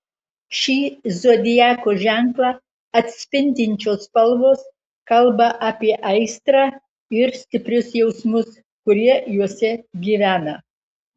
šį zodiako ženklą atspindinčios spalvos kalba apie aistrą ir stiprius jausmus kurie juose gyvena